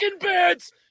birds